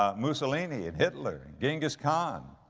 um mussolini and hitler and genghis khan,